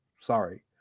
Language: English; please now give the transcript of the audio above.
sorry